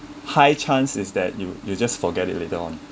high chance is that you you just forget it later on